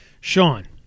sean